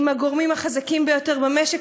עם הגורמים החזקים ביותר במשק,